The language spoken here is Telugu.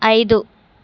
ఐదు